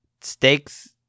steaks